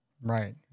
Right